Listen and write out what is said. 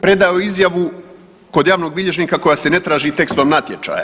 Predao je izjavu kod javnog bilježnika koja se ne traži tekstom natječaja.